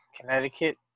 Connecticut